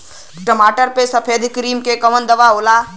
टमाटर पे सफेद क्रीमी के कवन दवा होला?